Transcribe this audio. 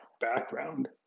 background